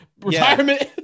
retirement